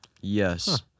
Yes